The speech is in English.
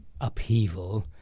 upheaval